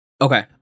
Okay